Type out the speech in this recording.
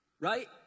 right